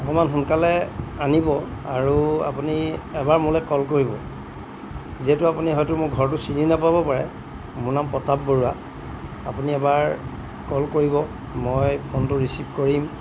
অকণমান সোনকালে আনিব আৰু আপুনি এবাৰ মোলৈ কল কৰিব যিহেতু আপুনি হয়তো মোৰ ঘৰটো চিনি নাপাব পাৰে মোৰ নাম প্ৰতাপ বৰুৱা আপুনি এবাৰ কল কৰিব মই ফোনটো ৰিচিভ কৰিম